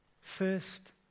First